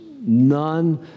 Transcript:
none